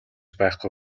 байхгүй